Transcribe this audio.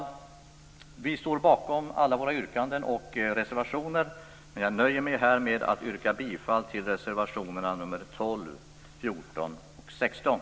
Vi Kristdemokrater står bakom alla våra yrkanden och reservationer, men jag nöjer mig här med att yrka bifall till reservationerna 12, 14 och